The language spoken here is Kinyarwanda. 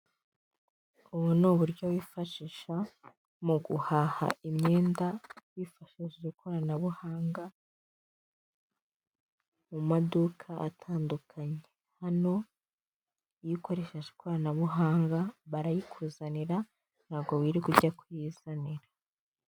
Ubu ni uburyo wifashisha mu guhaha imyenda bifashishije ikoranabuhanga, mu maduka atandukanye. Hano iyo ukoreshe ikoranabuhanga barayikuzanira ntago wirirwa ujya kuyizanira.